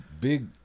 big